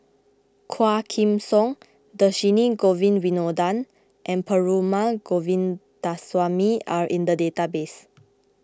Quah Kim Song Dhershini Govin Winodan and Perumal Govindaswamy are in the database